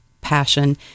passion